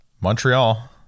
Montreal